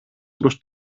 προς